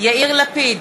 יאיר לפיד,